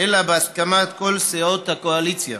אלא בהסכמת כל סיעות הקואליציה.